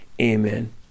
Amen